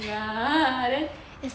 ya then